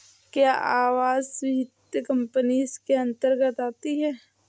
क्या आवास वित्त कंपनी इसके अन्तर्गत आती है?